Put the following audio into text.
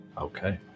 Okay